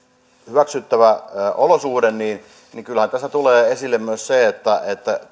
hyväksyttävä olosuhde niin niin kyllähän tässä tulee esille myös se että